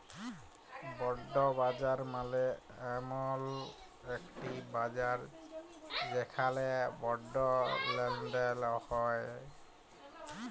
bond বাজার মালে এমল একটি বাজার যেখালে বন্ড লেলদেল হ্য়েয়